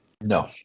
No